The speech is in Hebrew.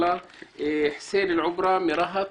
חסיין אל עוברה מרהט.